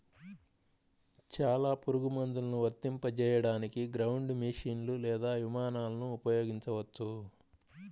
చాలా పురుగుమందులను వర్తింపజేయడానికి గ్రౌండ్ మెషీన్లు లేదా విమానాలను ఉపయోగించవచ్చు